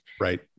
Right